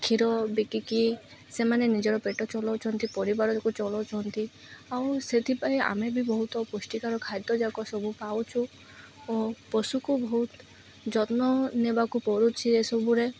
କ୍ଷୀର ବିକିକି ସେମାନେ ନିଜର ପେଟ ଚଲଉଛନ୍ତି ପରିବାରକୁ ଚଲଉଛନ୍ତି ଆଉ ସେଥିପାଇଁ ଆମେ ବି ବହୁତ ପୁଷ୍ଟିକର ଖାଦ୍ୟଯାକ ସବୁ ପାଉଛୁ ଓ ପଶୁକୁ ବହୁତ ଯତ୍ନ ନେବାକୁ ପଡ଼ୁଛି ଏସବୁରେ